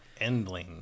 Endling